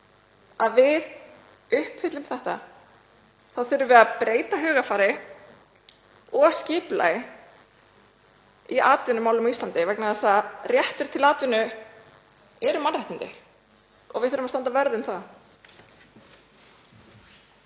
að við uppfyllum þetta þá þurfum við að breyta hugarfari og skipulagi í atvinnumálum á Íslandi vegna þess að réttur til atvinnu eru mannréttindi og við þurfum að standa vörð um þau.